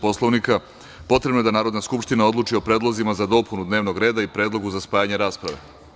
Poslovnika, potrebno je da Narodna skupština odluči o predlozima za dopunu dnevnog reda i predlogu za spajanje rasprave.